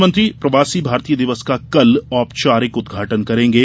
प्रधानमंत्री प्रवासी भारतीय दिवस का कल औपचारिक उद्घाटन करेंगे